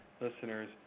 listeners